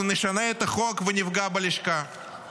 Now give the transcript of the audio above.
אנחנו נשנה את החוק ונפגע בלשכה.